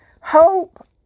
Hope